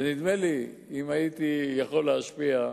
ונדמה לי, אם הייתי יכול להשפיע,